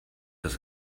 das